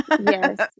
yes